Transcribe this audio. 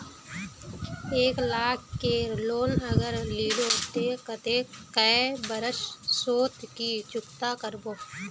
एक लाख केर लोन अगर लिलो ते कतेक कै बरश सोत ती चुकता करबो?